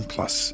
Plus